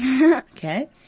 Okay